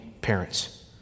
parents